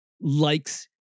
likes